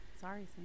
Sorry